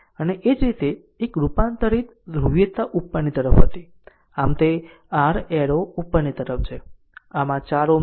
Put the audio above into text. અને તે જ રીતે આ એક રૂપાંતરિત ધ્રુવીયતા ઉપરની તરફ હતી આમ તે r એરો ઉપરની તરફ છે આમ આ 4 Ω છે